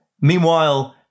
Meanwhile